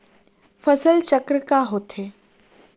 फसल चक्र का होथे?